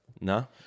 No